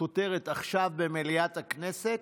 כותרת "עכשיו במליאת הכנסת".